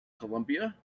columbia